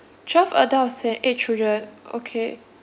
twelve adults and eight children okay